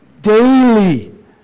daily